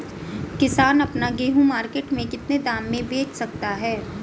किसान अपना गेहूँ मार्केट में कितने दाम में बेच सकता है?